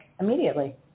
immediately